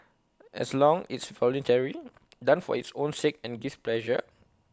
as long it's voluntary done for its own sake and gives pleasure